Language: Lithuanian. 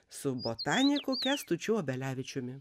su botaniku kęstučiu obelevičiumi